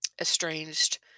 estranged